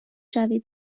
شوید